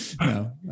No